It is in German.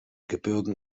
gebirgen